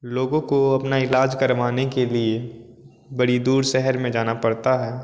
लोगों को अपना इलाज करवाने के लिए बड़ी दूर शहर में जाना पड़ता है